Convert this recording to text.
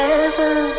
Heaven